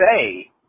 say